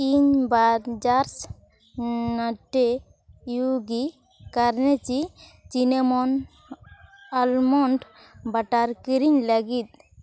ᱤᱧ ᱵᱟᱨ ᱡᱟᱨᱥ ᱱᱟᱴᱴᱤ ᱤᱭᱳᱜᱤ ᱠᱨᱩᱧᱪᱤ ᱥᱤᱱᱟᱢᱚᱱ ᱟᱢᱚᱱᱰ ᱵᱟᱴᱟᱨ ᱠᱤᱨᱤᱧ ᱞᱟᱹᱜᱤᱫ